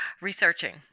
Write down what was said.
researching